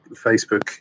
Facebook